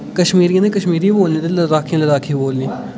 कश्मीरियें ते कश्मीरी बोलनी ते लद्दाखियें लद्दाखी बोलनी